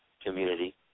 community